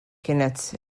kienet